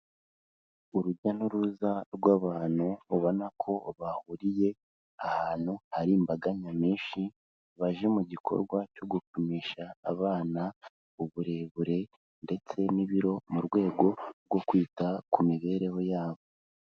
Urujya n'uruza rw'abantu ubona ko bahuriye ahantu hari imbaga nyamwinshi, baje mu gikorwa cyo gupimisha abana uburebure ndetse n'ibiro mu rwego rwo kwita ku mibereho yabo.